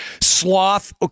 sloth